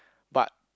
but